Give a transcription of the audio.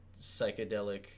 psychedelic